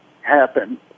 happen